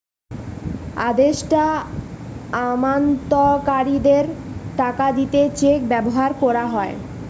আদেষ্টা আমানতকারীদের টাকা দিতে চেক ব্যাভার কোরা হয়